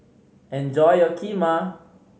enjoy your Kheema